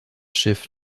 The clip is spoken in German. schiff